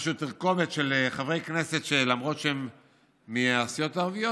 תרכובת של חברי כנסת שלמרות שהם מהסיעות הערביות,